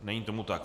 Není tomu tak.